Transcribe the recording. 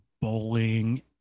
bowling